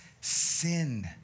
sin